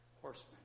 horsemen